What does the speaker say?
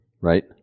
Right